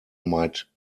might